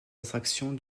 attractions